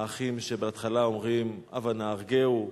האחים, בהתחלה אומרים: הבה נהרגהו,